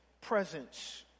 presence